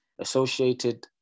associated